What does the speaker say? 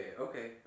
okay